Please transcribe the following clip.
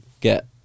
get